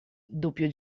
doppio